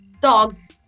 Dogs